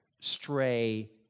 stray